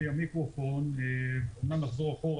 לי את המיקרופון אמנם נחזור אחורה,